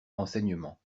renseignements